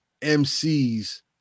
mcs